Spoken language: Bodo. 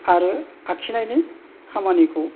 आरो आखिनायनि खामानिखौ